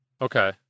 Okay